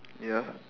ya